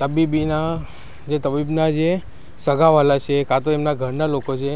તબીબીના જે તબીબના જે સગા વ્હાલા છે કાં તો એમનાં ઘરનાં લોકો છે